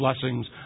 blessings